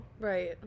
Right